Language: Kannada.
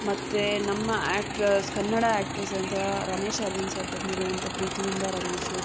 ಮತ್ತು ನಮ್ಮ ಆ್ಯಕ್ಟ್ರಸ್ ಕನ್ನಡ ಆ್ಯಕ್ಟ್ರಸ್ ಅಂತ ರಮೇಶ್ ಅರವಿಂದ್ ಸರ್ ಬರ್ದಿರೋಂಥ ಪ್ರೀತಿಯಿಂದ ರಮೇಶ